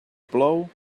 plou